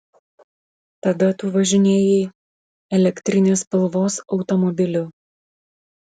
tada tu važinėjai elektrinės spalvos automobiliu